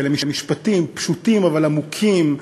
משפטים פשוטים אבל עמוקים,